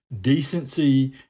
decency